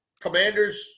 Commander's –